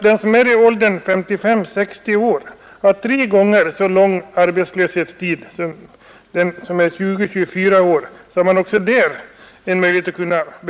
Den som är i åldern 55—60 år har tre gånger så lång arbetslöshetstid som den som är 20—24 år.